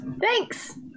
Thanks